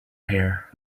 hair